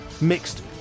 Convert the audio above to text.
mixed